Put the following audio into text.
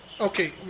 Okay